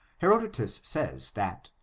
herodotus says that,